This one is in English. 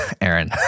Aaron